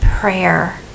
Prayer